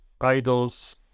idols